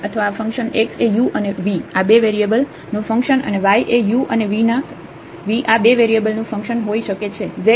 અથવા આ function x એ u અને v આ બે વેરિયેબલ નું ફંકશન અને y એ u અને v આ બે વેરિયેબલ નું ફંકશન હોય શકે છે